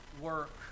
work